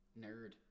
nerd